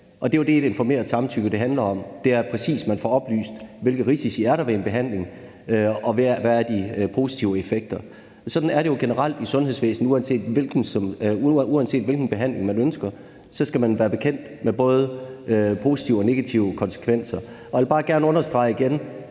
Det, et informeret samtykke handler om, er jo præcis, at man får oplyst, hvilke risici der er ved en behandling, og hvad der er de positive effekter. Sådan er det generelt i sundhedsvæsenet. Uanset hvilken behandling man ønsker, skal man gøres bekendt med både positive og negative konsekvenser. Jeg vil bare gerne igen understrege,